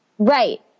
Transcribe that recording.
Right